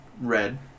red